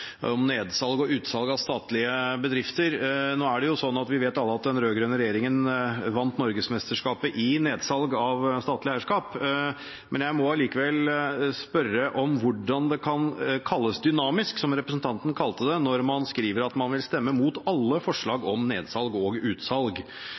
om nedsalg og utsalg av statlige bedrifter. Nå vet vi alle at den rød-grønne regjeringen vant norgesmesterskapet i nedsalg av statlig eierskap, men jeg må likevel spørre om hvordan det kan kalles dynamisk, som representanten kalte det, når man skriver at man vil stemme mot alle forslag